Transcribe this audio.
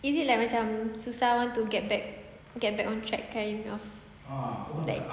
is like macam susah to get back get back on track that kind of like